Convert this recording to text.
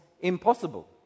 Impossible